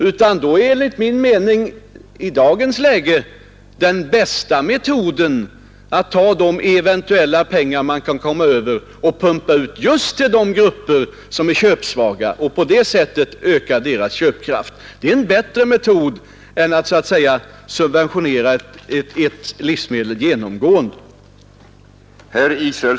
Den enligt min mening bästa metoden är att pumpa ut dessa pengar just till de grupper som är köpsvaga och på det sättet öka deras köpkraft. Det är en bättre metod än att så att säga genomgående subventionera livsmedel.